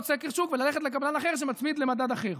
סקר שוק וללכת לקבלן אחר שמצמיד למדד אחר.